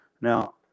Now